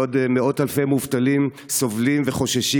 בעוד מאות אלפי מובטלים סובלים וחוששים